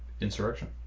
insurrection